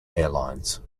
airlines